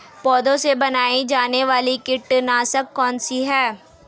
पौधों से बनाई जाने वाली कीटनाशक कौन सी है?